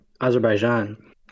Azerbaijan